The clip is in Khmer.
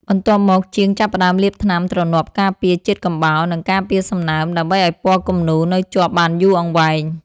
បន្ទាប់មក ជាងចាប់ផ្ដើមលាបថ្នាំទ្រនាប់ការពារជាតិកំបោរ និងការពារសំណើម ដើម្បីឱ្យពណ៌គំនូរនៅជាប់បានយូរអង្វែង។